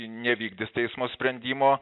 nevykdys teismo sprendimo